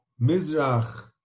Mizrach